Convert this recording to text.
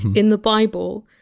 in the bible,